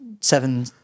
seven